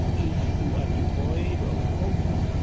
if you are devoid of hope